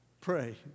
pray